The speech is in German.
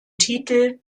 titel